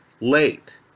late